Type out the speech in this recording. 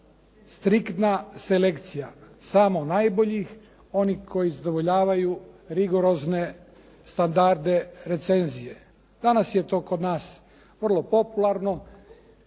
Striktna selekcija samo najboljih oni koji zadovoljavaju rigorozne standarde recenzije. Danas je to kod nas vrlo popularno,